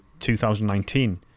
2019